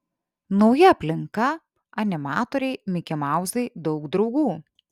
nauja aplinka animatoriai mikimauzai daug draugų